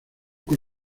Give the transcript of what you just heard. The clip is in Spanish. con